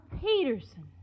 Peterson